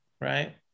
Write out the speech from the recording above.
Right